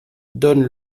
donne